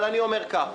אבל אני אומר כך,